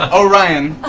ah orion!